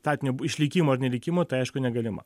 statinio išlikimo ar nelikimo tai aišku negalima